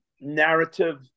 narrative –